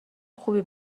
خوبی